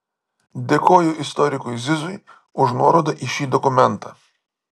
dėkoju istorikui zizui už nuorodą į šį dokumentą